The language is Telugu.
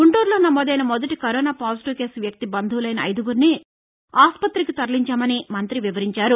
గుంటూరులో నమోదైన మొదటి కరోనా పాజిటీవ్ కేసు వ్యక్తి బంధువులైన అయిదుగురిని ఆసుపత్రి తరలించామని మంతి వివరించారు